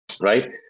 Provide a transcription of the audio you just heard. right